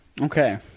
Okay